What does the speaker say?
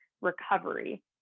recovery